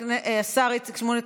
השר איציק שמולי,